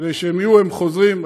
כדי שהם יהיו, הם חוזרים,